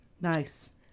Nice